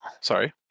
Sorry